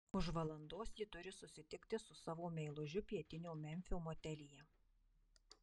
už valandos ji turi susitikti su savo meilužiu pietinio memfio motelyje